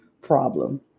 Problem